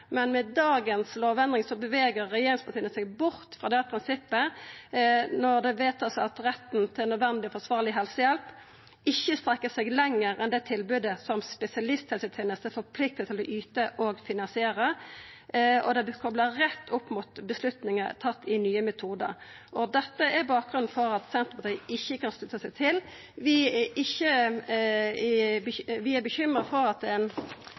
Men med dagens lovendring bevegar regjeringspartia seg bort frå det prinsippet når det vert vedteke at retten til nødvendig forsvarleg helsehjelp ikkje strekkjer seg lenger enn det tilbodet som spesialisthelsetenesta er forplikta til å yta og finansiera. Det vert kopla rett opp mot avgjerder tekne i Nye metodar. Dette er bakgrunnen for at Senterpartiet ikkje kan slutta seg til. Vi er bekymra for kutt i pasientrettane. Det blir litt sånn at denne debatten framstiller det